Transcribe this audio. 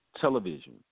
television